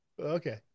Okay